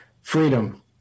freedom